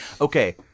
Okay